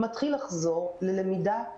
מתחיל לחזור ללמידה רגילה.